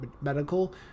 medical